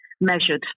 measured